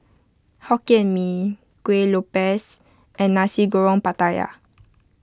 Hokkien Mee Kuih Lopes and Nasi Goreng Pattaya